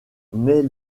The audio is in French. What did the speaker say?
naît